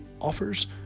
offers